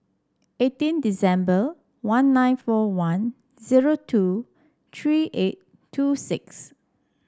eighteen December one nine four one zero two three eight two six